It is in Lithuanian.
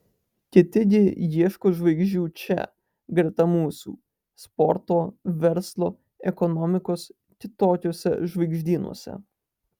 kiti gi ieško žvaigždžių čia greta mūsų sporto verslo ekonomikos kitokiuose žvaigždynuose